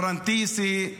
אל-רנתיסי,